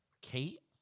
Kate